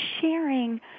sharing